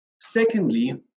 Secondly